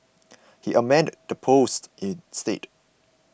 he amended the post instead